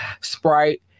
Sprite